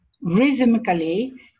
rhythmically